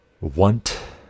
want